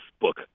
book